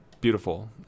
beautiful